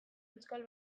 euskal